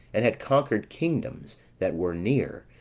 and had conquered kingdoms that were near,